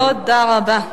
תודה רבה.